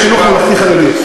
יש חינוך ממלכתי חרדי.